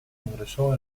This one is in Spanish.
ingresó